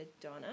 Donna